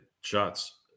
shots